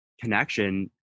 connection